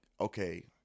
okay